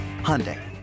Hyundai